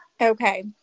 Okay